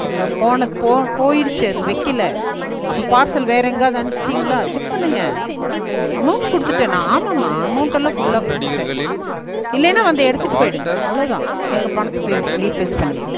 இப்போ க போனது போ போயிருச்சு அது வைக்கில அப்போ பார்ஸல் வேறு எங்கயாது அனுப்பிச்சிட்டிங்ளா செக் பண்ணுங்க அமௌன்ட் கொடுத்துட்டேன் நான் ஆமாம்மா அமௌன்ட்டெல்லாம் ஃபுல்லாக கொடுத்துட்டேன் இல்லேன்னால் வந்து எடுத்துவிட்டு போயிடுங்க அவ்வளோதான் எங்கள் பணத்தை பே ரீப்ளேஸ் பண்ணிவிடுங்க